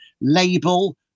label